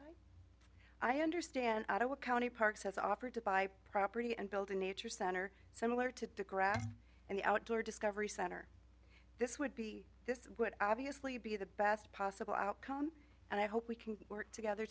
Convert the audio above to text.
bank i understand out of what county parks has offered to buy property and build a nature center similar to the grass and the outdoor discovery center this would be this would obviously be the best possible outcome and i hope we can work together